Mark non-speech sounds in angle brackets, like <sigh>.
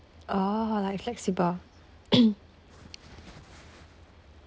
oh like flexible <coughs>